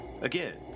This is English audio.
Again